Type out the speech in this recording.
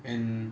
and